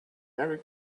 merry